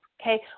okay